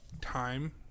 time